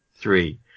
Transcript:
three